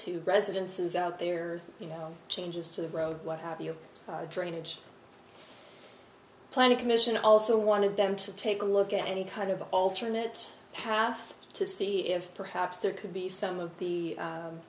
wo residences out there you know changes to the road what have you drainage planning commission also wanted them to take a look at any kind of alternate half to see if perhaps there could be some of the